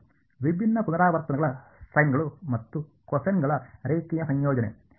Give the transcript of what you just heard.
ವಿಭಿನ್ನ ಪುನರಾವರ್ತನಗಳ ಸೈನ್ಗಳು ಮತ್ತು ಕೊಸೈನ್ಗಳ ರೇಖೀಯ ಸಂಯೋಜನೆ